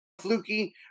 fluky